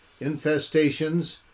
infestations